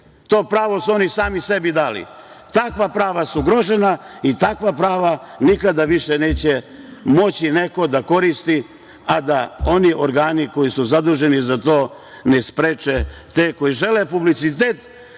To pravo su oni sami sebi dali. Takva prava su ugrožena i takva prava nikada više neće moći neko da koristi a da oni organi koji su zaduženi za to ne spreče te koji žele publicitet